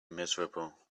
miserable